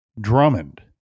Drummond